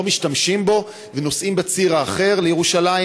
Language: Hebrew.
משתמשים בו ונוסעים בציר האחר לירושלים,